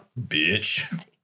bitch